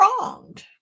wronged